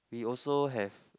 we also have